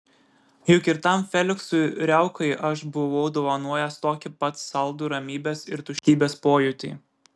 juk ir tam feliksui riaukai aš buvau dovanojęs tokį pat saldų ramybės ir tuštybės pojūtį